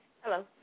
Hello